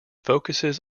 focuses